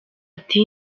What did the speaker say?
ati